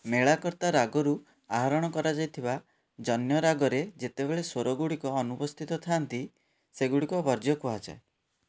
ମେଳକର୍ତ୍ତା ରାଗରୁ ଆହରଣ କରାଯାଇଥିବା ଜନ୍ୟ ରାଗରେ ଯେତେବେଳେ ସ୍ଵରଗୁଡ଼ିକ ଅନୁପସ୍ଥିତ ଥାଆନ୍ତି ସେଗୁଡ଼ିକୁ ବର୍ଜ୍ୟ କୁହାଯାଏ